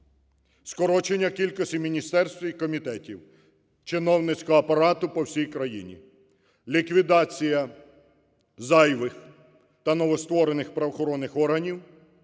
скорочення кількості міністерств і комітетів, чиновницького апарату по всій країні. Ліквідація зайвих та новостворених правоохоронних органів,